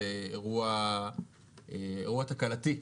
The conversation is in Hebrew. זה אירוע תקלתי.